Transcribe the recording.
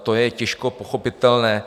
To je těžko pochopitelné.